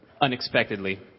unexpectedly